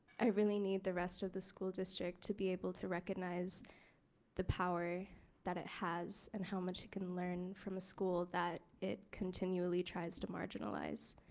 i really need the rest of the school district to be able to recognize the power that it has and how much you can learn from a school that it continually tries to marginalize.